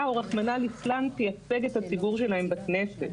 או רחמה ליצלן תייצג את הציבור שלהם בכנסת.